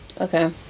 okay